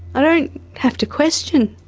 i don't have to question,